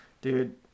Dude